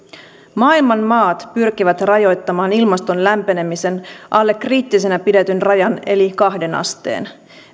maailman maat pyrkivät rajoittamaan ilmaston lämpenemisen alle kriittisenä pidetyn rajan eli kahteen asteen